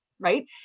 Right